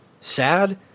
sad